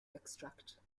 extract